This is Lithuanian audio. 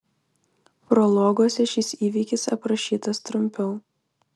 prologuose šis įvykis aprašytas trumpiau